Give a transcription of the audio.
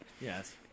Yes